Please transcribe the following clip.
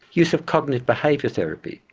use of cognitive behaviour therapy.